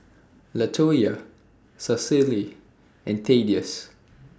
Latoyia Cecily and Thaddeus